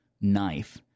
knife